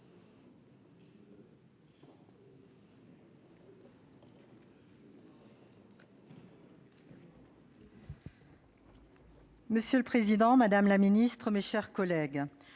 Monsieur le président, madame la ministre, mes chers collègues,